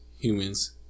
humans